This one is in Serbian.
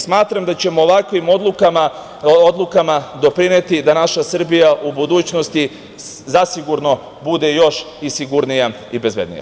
Smatram da ćemo ovakvim odlukama doprineti da naša Srbija u budućnosti zasigurno bude još sigurnija i bezbednija.